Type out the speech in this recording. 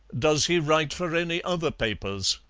does he write for any other papers?